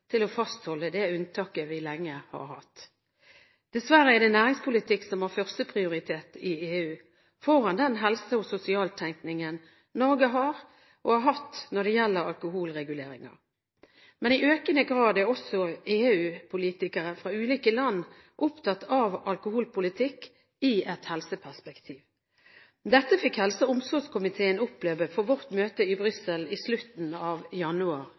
til å fastholde det unntaket vi lenge har hatt. Dessverre er det næringspolitikk som har førsteprioritet i EU – foran den helse- og sosialtenkningen Norge har – og har hatt – når det gjelder alkoholreguleringer. Men i økende grad er også EU-politikere fra ulike land opptatt av alkoholpolitikk i et helseperspektiv. Dette fikk helse- og omsorgskomiteen oppleve på sitt møte i Brussel i slutten av januar